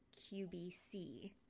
QBC